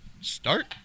Start